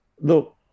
Look